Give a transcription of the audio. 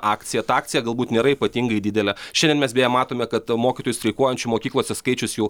akcija ta akcija galbūt nėra ypatingai didelė šiandien mes beje matome kad mokytojų streikuojančių mokyklose skaičius jau